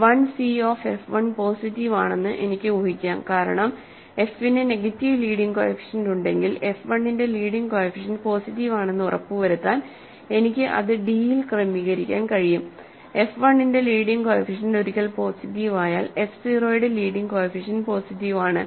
1 C of F 1 positive ആണെന്ന് എനിക്ക് ഊഹിക്കാം കാരണം എഫിന് നെഗറ്റീവ് ലീഡിംഗ് കോഎഫിഷ്യന്റ് ഉണ്ടെങ്കിൽ എഫ് 1 ന്റെ ലീഡിംഗ് കോഎഫിഷ്യന്റ് പോസിറ്റീവ് ആണെന്ന് ഉറപ്പുവരുത്താൻ എനിക്ക് അത് ഡി യിൽ ക്രമീകരിക്കാൻ കഴിയും എഫ് 1 ന്റെ ലീഡിങ് കോഎഫിഷ്യന്റ് ഒരിക്കൽ പോസിറ്റീവ് അയാൽ എഫ് 0 യുടെ ലീഡിംഗ് കോഎഫിഷ്യന്റ് പോസിറ്റീവ് ആണ്